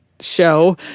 Show